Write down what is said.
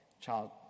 child